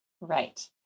Right